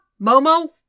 Momo